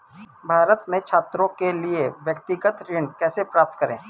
भारत में छात्रों के लिए व्यक्तिगत ऋण कैसे प्राप्त करें?